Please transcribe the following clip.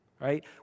right